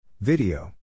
Video